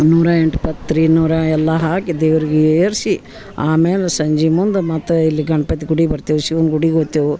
ನೂರ ಎಂಟು ಪತ್ರೆ ನೂರ ಎಲ್ಲ ಹಾಕಿ ದೇವರಿಗೆ ಏರಿಸಿ ಆಮೇಲೆ ಸಂಜೆ ಮುಂದೆ ಮತ್ತೆ ಇಲ್ಲಿ ಗಣಪತಿ ಗುಡಿಗೆ ಬರ್ತೇವೆ ಶಿವನ ಗುಡಿಗೆ ಹೋಗ್ತೇವು